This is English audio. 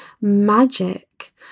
magic